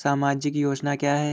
सामाजिक योजना क्या है?